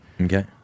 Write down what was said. Okay